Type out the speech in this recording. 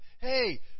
hey